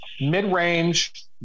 mid-range